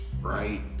right